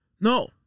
No